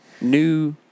new